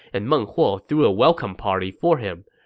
and meng huo threw a welcome party for him.